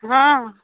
हँ